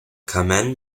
kamen